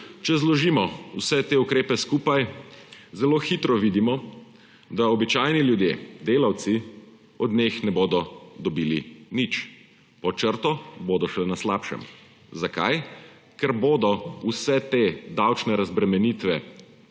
Če zložimo vse te ukrepe skupaj, zelo hitro vidimo, da običajni ljudje, delavci od njih ne bodo dobili nič. Pod črto bodo še na slabšem. Zakaj? Ker bodo vse te davčne razbremenitve